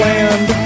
Land